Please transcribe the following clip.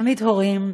תוכנית הורים,